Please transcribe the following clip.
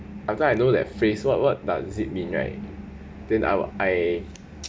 after I know that phrase what what does it mean right then I'll I